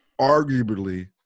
Arguably